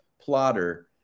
plotter